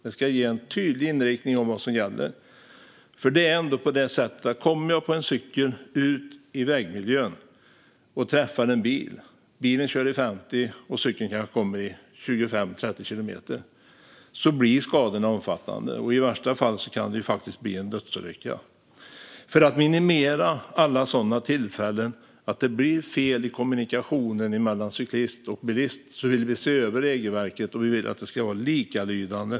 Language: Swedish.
Det ska ge en tydlig inriktning för vad som gäller. Det är ändå så att om man kommer på en cykel i kanske 25-30 kilometer i timmen ut i vägmiljön och träffar en bil som kör i 50 blir skadorna omfattande, och i värsta fall kanske det blir en dödsolycka. För att minimera alla sådana tillfällen där det blir fel i kommunikationen mellan cyklist och bilist vill vi se över regelverket, och vi vill att det ska vara likalydande.